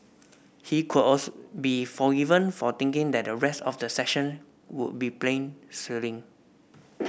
he could also be forgiven for thinking that the rest of the session would be plain sailing